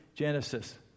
genesis